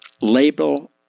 label